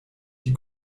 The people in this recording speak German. die